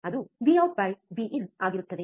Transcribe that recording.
ಅದು V out V in VoutVin ಆಗಿರುತ್ತದೆ